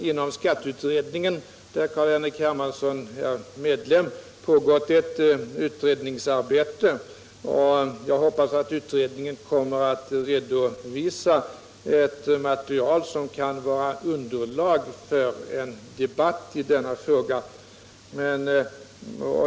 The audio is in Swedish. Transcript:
Inom skatteutredningen, av vilken Carl-Henrik Hermansson är ledamot, har det pågått ett utredningsarbete, och jag hoppas att utredningen kommer att kunna redovisa ett material som kan utgöra underlag för en debatt i denna fråga.